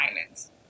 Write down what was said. violence